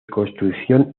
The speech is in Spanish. construcción